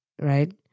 right